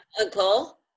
uncle